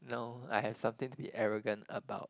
no I have something to be arrogant about